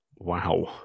Wow